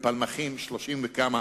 ובפלמחים 30 וכמה.